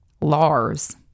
Lars